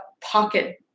pocket